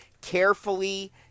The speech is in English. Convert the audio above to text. carefully